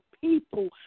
people